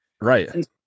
Right